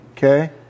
Okay